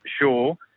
sure